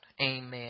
Amen